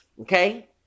okay